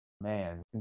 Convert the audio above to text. man